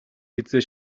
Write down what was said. хэзээ